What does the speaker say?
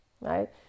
right